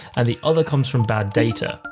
and the other comes from bad data.